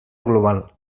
global